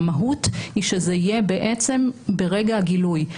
המהות היא שזה יהיה בעצם ברגע הגילוי.